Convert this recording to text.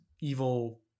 evil